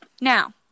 now